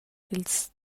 ils